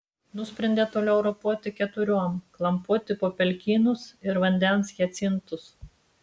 nusprendė toliau ropoti keturiom klampoti po pelkynus ir vandens hiacintus